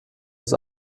aus